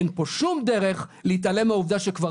אין פה שום דרך להתעלם מהעובדה שכבר